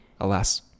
Alas